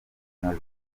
ubumwe